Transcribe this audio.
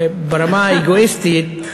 ברמה האגואיסטית,